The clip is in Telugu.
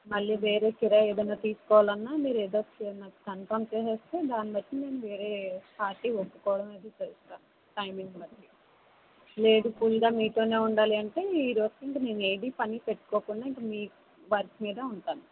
మళ్ళీ వేరే కిరాయి ఏదన్న తీసుకోవాలన్నా మీరు ఏదో ఒక విషయం నాకు కన్ఫర్మ్ చేసేస్తే దాని బట్టి నేను వేరే పార్టీ ఒప్పుకోవడం అయితే చేస్తా టైమింగ్ లేదు ఫుల్గా మీతోనే ఉండాలి అంటే ఈ రోజు మేము ఏది పని పెట్టుకోకుండా ఇంకా మీ వర్క్ మీదే ఉంటా